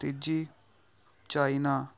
ਤੀਜੀ ਚਾਈਨਾ